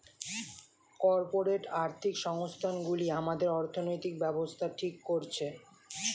corporate আর্থিক সংস্থান গুলি আমাদের অর্থনৈতিক ব্যাবস্থা ঠিক করছে